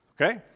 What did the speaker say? Okay